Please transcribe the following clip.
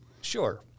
Sure